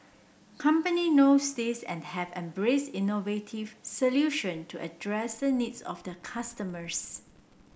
company knows this and have embraced innovative solution to address the needs of their customers